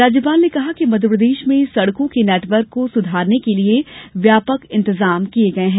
राज्यपाल ने कहा कि मध्यप्रदेश में सड़कों के नेटवर्क को सुधारने के लिए व्यापक इंतजाम किए गए हैं